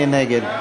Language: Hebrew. מי נגד?